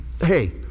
hey